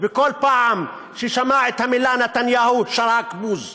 וכל פעם ששמע את השם נתניהו שרק בוז.